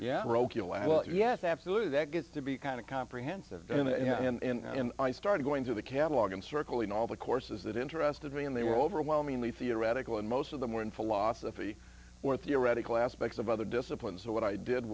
rokia well yes absolutely that gets to be kind of comprehensive in the you know when i started going to the catalogue and circling all the courses that interested me and they were overwhelmingly theoretical and most of them were in philosophy or theoretical aspects of other disciplines or what i did